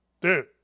Dude